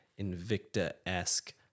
Invicta-esque